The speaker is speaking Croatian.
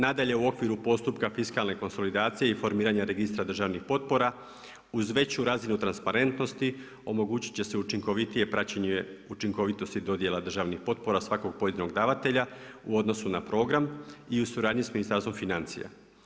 Nadalje u okviru postupka fiskalne konsolidacije i formiranje registra državnih potpora uz veću razinu transparentnosti omogućit će se učinkovitije praćenje učinkovitosti dodjela državnih potpora svakog pojedinog davatelja u odnosu na program i u suradnji sa Ministarstvom financija.